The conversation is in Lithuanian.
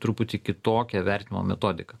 truputį kitokia vertinimo metodika